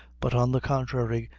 but on the contrary,